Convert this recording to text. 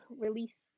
release